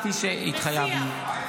כפי שהתחייבנו.